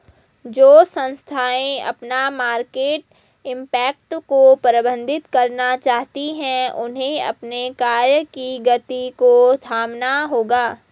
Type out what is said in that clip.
जो संस्थाएं अपना मार्केट इम्पैक्ट को प्रबंधित करना चाहती हैं उन्हें अपने कार्य की गति को थामना होगा